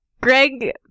Greg